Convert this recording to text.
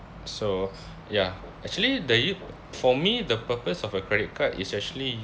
so ya actually the you for me the purpose of a credit card is actually